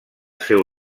seu